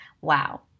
Wow